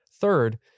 Third